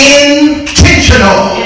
intentional